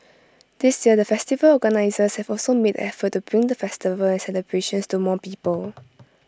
this year the festival organisers have also made the effort to bring the festival and celebrations to more people